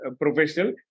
professional